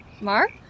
Mark